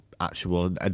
actual